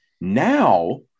Now